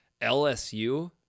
LSU